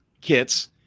kits